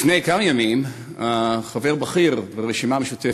לפני כמה ימים חבר בכיר ברשימה המשותפת,